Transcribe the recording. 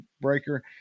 Breaker